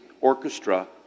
orchestra